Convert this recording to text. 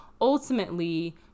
ultimately